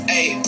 Hey